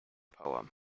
poem